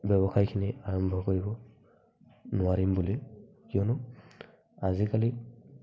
ব্যৱসায়খিনি আৰম্ভ কৰিব নোৱাৰিম বুলি কিয়নো আজিকালি